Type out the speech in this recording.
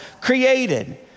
created